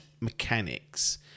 mechanics